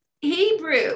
Hebrew